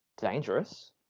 dangerous